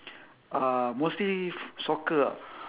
uh mostly soccer ah